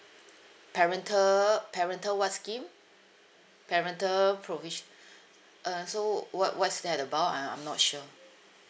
parental parental what scheme parental provisio~ uh so what what's that about I I'm not sure